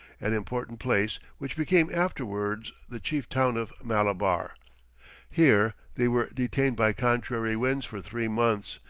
an important place which became afterwards the chief town of malabar here they were detained by contrary winds for three months,